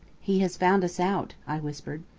he has found us out, i whispered.